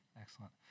Excellent